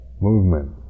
movement